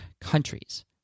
countries